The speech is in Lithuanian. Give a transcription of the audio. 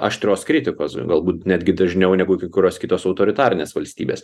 aštrios kritikos galbūt netgi dažniau negu kai kurios kitos autoritarinės valstybės